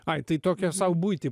ai tai tokią sau buitį